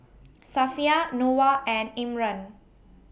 Safiya Noah and Imran